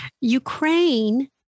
Ukraine